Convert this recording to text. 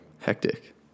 Hectic